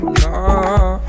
no